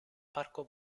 parco